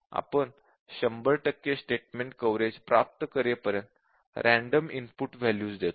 आपण 100 टक्के statement coverage प्राप्त करेपर्यंत रँडम इनपुट वॅल्यूज देतो